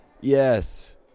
Yes